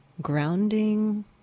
grounding